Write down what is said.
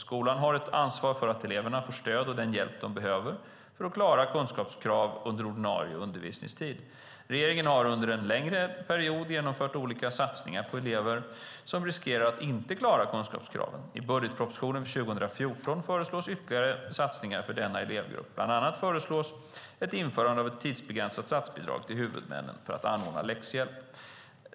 Skolan har ett ansvar för att elever får det stöd och den hjälp de behöver för att klara kunskapskraven under ordinarie undervisningstid. Regeringen har under en längre period genomfört olika satsningar för elever som riskerar att inte klara kunskapskraven. I budgetpropositionen för 2014 föreslås ytterligare satsningar för denna elevgrupp. Bland annat föreslås ett införande av ett tidsbegränsat statsbidrag till huvudmännen för att anordna läxhjälp.